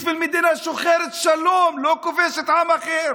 בשביל מדינה שוחרת שלום, שלא כובשת עם אחר